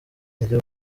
intege